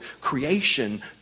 creation